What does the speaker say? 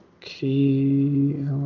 Key